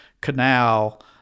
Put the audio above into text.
canal